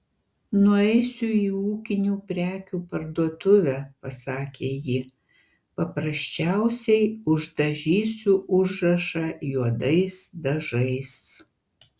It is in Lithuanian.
nueisiu į ūkinių prekių parduotuvę pasakė ji paprasčiausiai uždažysiu užrašą juodais dažais